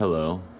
Hello